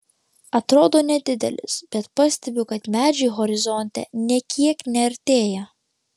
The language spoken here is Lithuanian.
atrodo nedidelis bet pastebiu kad medžiai horizonte nė kiek neartėja